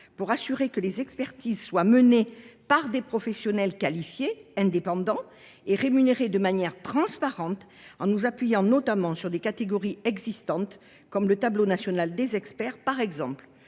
pour garantir que les expertises soient menées par des professionnels qualifiés, indépendants et rémunérés de manière transparente, en nous appuyant sur des catégories existantes comme le tableau national des experts près le